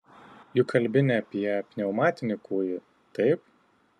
juk kalbi ne apie pneumatinį kūjį taip